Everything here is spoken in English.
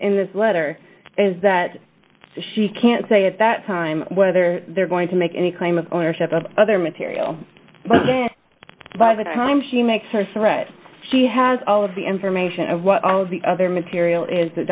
in this letter is that she can say at that time whether they're going to make any claim of ownership of other material by the time she makes her so right she has all of the information of what all the other material is that